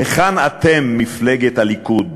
היכן את, מפלגת הליכוד?